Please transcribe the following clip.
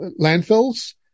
landfills